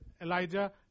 Elijah